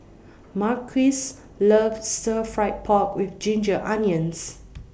Marquis loves Stir Fried Pork with Ginger Onions